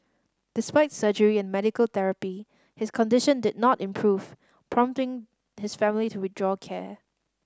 despite surgery and medical therapy his condition did not improve prompting his family to withdraw care